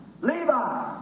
Levi